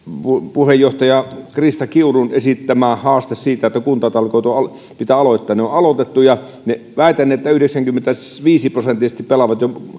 puheenjohtaja krista kiurun esittämään haasteeseen siitä että kuntatalkoot pitää aloittaa ne on aloitettu ja väitän että ne jo yhdeksänkymmentäviisi prosenttisesti pelaavat